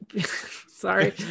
Sorry